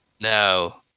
No